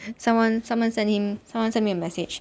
someone someone send him someone send me a message